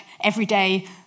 everyday